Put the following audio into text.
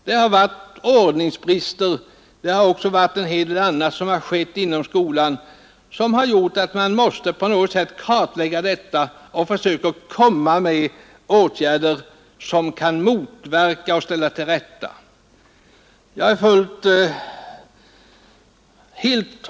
Bristen på ordning i skolan har varit så stor och en hel del andra icke önskvärda företeelser har förekommit i sådan utsträckning att man har känt sig tvingad att kartlägga allt detta för att komma underfund med vilka åtgärder som kan vidtas för att motverka det och ställa allt till rätta.